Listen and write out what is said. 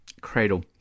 Cradle